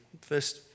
first